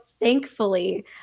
thankfully